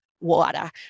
water